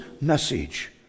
message